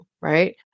right